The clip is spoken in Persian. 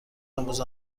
آموز